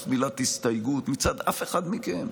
אף מילת הסתייגות מצד אף אחד מכם,